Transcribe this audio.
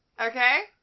Okay